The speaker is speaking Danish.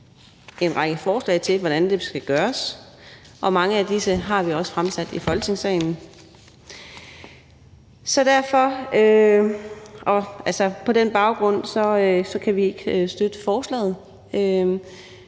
en række forslag til hvordan skal gøres, og mange af disse har vi også fremsat i Folketingssalen. Så på den baggrund kan vi ikke støtte forslaget.